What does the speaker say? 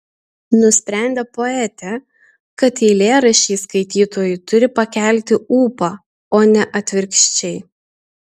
nusprendė poetė kad eilėraščiai skaitytojui turi pakelti ūpą o ne atvirkščiai